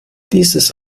dieses